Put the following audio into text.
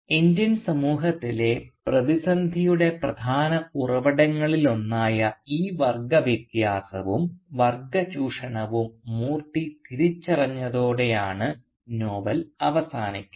Indian സമൂഹത്തിലെ പ്രതിസന്ധിയുടെ പ്രധാന ഉറവിടങ്ങളിലൊന്നായി ഈ വർഗ്ഗ വ്യത്യാസവും വർഗ ചൂഷണവും മൂർത്തി തിരിച്ചറിഞ്ഞതോടെയാണ് നോവൽ അവസാനിക്കുന്നത്